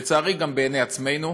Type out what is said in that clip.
לצערי גם בעיני עצמנו,